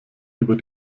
über